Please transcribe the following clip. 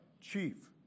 chief